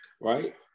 right